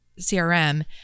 CRM